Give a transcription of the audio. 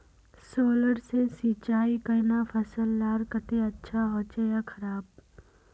Solar से सिंचाई करना फसल लार केते अच्छा होचे या खराब?